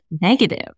negative